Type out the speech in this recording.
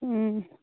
ꯎꯝ